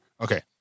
okay